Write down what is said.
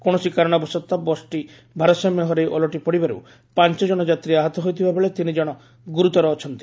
କୌଣସି କାରଣ ବଶତ ବସଟି ଭାରସାମ୍ୟ ହରାଇ ଓଲଟି ପଡ଼ିବାରୁ ପାଞ୍ ଜଶ ଯାତ୍ରୀ ଆହତ ହୋଇଥିବା ବେଳେ ତିନି ଜଶ ଗୁରୁତର ଅଛନ୍ତି